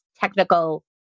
technical